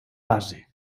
base